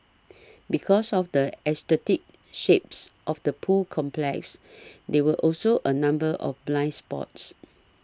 because of the aesthetic shapes of the pool complex there were also a number of blind spots